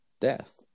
death